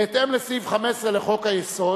בהתאם לסעיף 15 לחוק-יסוד: